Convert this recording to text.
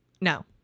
no